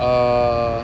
uh